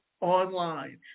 online